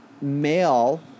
male